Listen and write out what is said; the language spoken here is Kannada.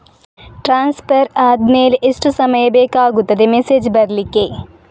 ಟ್ರಾನ್ಸ್ಫರ್ ಆದ್ಮೇಲೆ ಎಷ್ಟು ಸಮಯ ಬೇಕಾಗುತ್ತದೆ ಮೆಸೇಜ್ ಬರ್ಲಿಕ್ಕೆ?